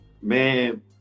Man